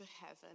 heaven